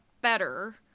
better